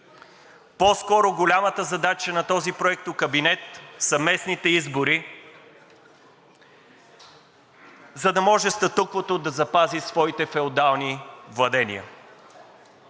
По-скоро голямата задача на този проектокабинет са местните избори, за да може статуквото да запази своите феодални владения.